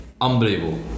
Unbelievable